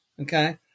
Okay